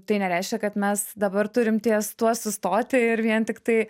tai nereiškia kad mes dabar turim ties tuo sustoti ir vien tik tai